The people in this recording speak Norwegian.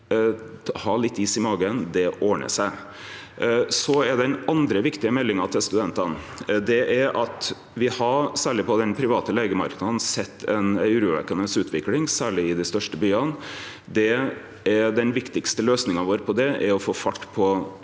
Ha litt is i magen, det ordnar seg. Den andre viktige meldinga til studentane er at me særleg på den private leigemarknaden har sett ei urovekkjande utvikling, særleg i dei største byane. Den viktigaste løysinga vår på det er å få fart på